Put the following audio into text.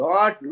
God